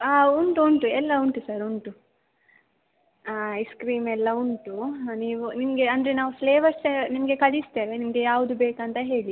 ಆಂ ಉಂಟು ಉಂಟು ಎಲ್ಲ ಉಂಟು ಸರ್ ಉಂಟು ಆಂ ಐಸ್ಕ್ರೀಮೆಲ್ಲ ಉಂಟು ನೀವು ನಿಮಗೆ ಅಂದರೆ ನಾವು ಫ್ಲೇವರ್ಸ್ ನಿಮಗೆ ಕಳಿಸ್ತೇವೆ ನಿಮಗೆ ಯಾವುದು ಬೇಕಂತ ಹೇಳಿ